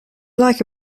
like